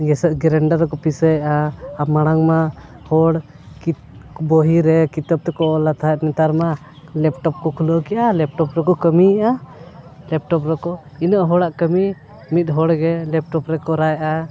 ᱜᱮᱥᱮᱫ grinder ᱨᱮᱠᱚ ᱯᱤᱥᱟᱹᱭᱮᱜᱼᱟ ᱟᱨ ᱢᱟᱲᱟᱝ ᱢᱟ ᱦᱚᱲ ᱵᱚᱦᱤ ᱨᱮ ᱠᱤᱛᱟᱹᱵ ᱛᱮᱠᱚ ᱚᱞ ᱛᱟᱦᱮᱸᱜ ᱱᱮᱛᱟᱨ ᱢᱟ ᱞᱮᱯᱴᱚᱯ ᱠᱚ ᱠᱷᱩᱞᱟᱹᱣ ᱠᱮᱜᱼᱟ ᱞᱮᱯᱴᱚᱯ ᱨᱮᱠᱚ ᱠᱟᱹᱢᱤᱭᱮᱜᱼᱟ ᱞᱮᱯᱴᱚᱯ ᱨᱮᱠᱚ ᱤᱱᱟᱹ ᱦᱚᱲᱟᱜ ᱠᱟᱹᱢᱤ ᱢᱤᱫ ᱦᱚᱲ ᱜᱮ ᱞᱮᱯᱴᱚᱯ ᱨᱮ ᱠᱚᱨᱟᱣᱮᱫᱼᱟᱭ